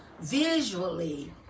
visually